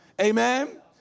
Amen